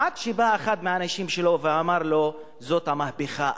עד שבא אחד מהאנשים שלו ואמר לו: זאת המהפכה,